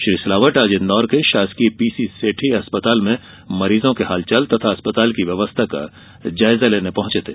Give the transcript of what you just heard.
श्री सिलावट आज इंदौर के शासकीय पीसी सेठी अस्पताल में मरीजों के हालचाल तथा अस्पताल की व्यवस्था का जायजा लेने पहुँचे थे